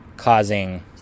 causing